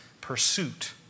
pursuit